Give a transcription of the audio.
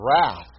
wrath